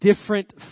different